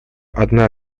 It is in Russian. одна